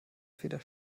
feder